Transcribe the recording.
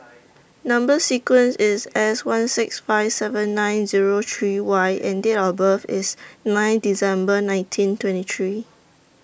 Number sequence IS S one six five seven nine Zero three Y and Date of birth IS nine December nineteen twenty three